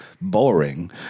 Boring